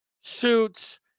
suits